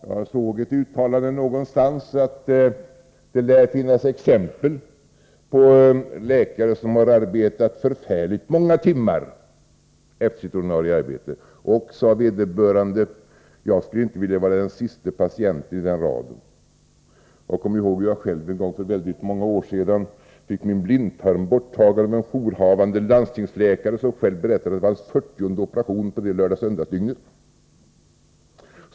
Jag såg ett uttalande någonstans att det lär finnas exempel på läkare som har arbetat förfärligt många timmar efter sitt ordinarie arbete. Vederbörande läkare sa: Jag skulle inte vilja vara den sista patienten i den raden. Jag kommer ihåg hur jag själv en gång för många år sedan fick min blindtarm borttagen av en jourhavande landstingsläkare som själv berättade att det var hans fyrtionde operation under det lördag-söndagspasset.